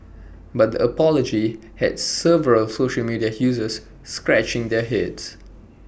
but the apology had several social media users scratching their heads